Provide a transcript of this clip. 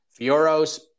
Fioros